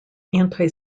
anti